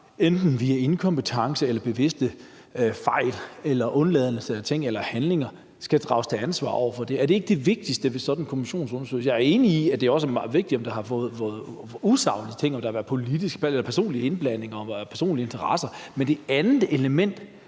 tale om inkompetence, bevidste fejl eller undladelser af ting eller handlinger, så skal de drages til ansvar. Er det ikke det vigtigste ved sådan en kommissionsundersøgelse? Jeg er enig i, at det også er meget vigtigt, om der har været usaglige ting, og om der har været politisk eller personlig indblanding og personlige interesser, men det andet element